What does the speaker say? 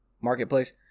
marketplace